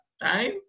time